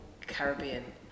Caribbean